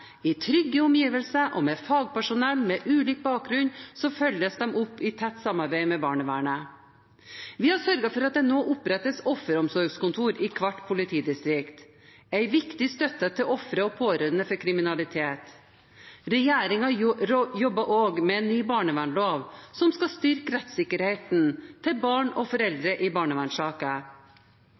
I trygge omgivelser og med fagpersonell med ulik bakgrunn følges de opp i tett samarbeid med barnevernet. Vi har sørget for at det nå opprettes offeromsorgskontor i hvert politidistrikt, en viktig støtte til ofre for kriminalitet og pårørende. Regjeringen jobber også med en ny barnevernslov, som skal styrke rettssikkerheten til barn og foreldre i